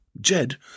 Jed